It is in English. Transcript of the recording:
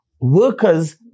workers